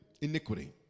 iniquity